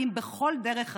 ואם בכל דרך אחרת,